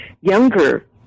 younger